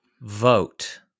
Vote